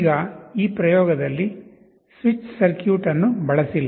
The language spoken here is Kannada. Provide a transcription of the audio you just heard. ಈಗ ಈ ಪ್ರಯೋಗದಲ್ಲಿ ಸ್ವಿಚ್ ಸರ್ಕ್ಯೂಟ್ ಅನ್ನು ಬಳಸಿಲ್ಲ